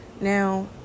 Now